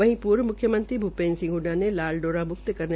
वहीं पूर्व मुख्यमंत्री भूपेन्द्र सिंह हडडा ने लाल डोरा मुक्त करने